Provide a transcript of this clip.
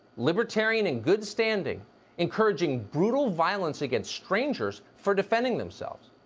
libertarian in good standing encouraging brutal violence against strangers for defending themselves.